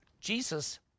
Jesus